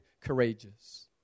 courageous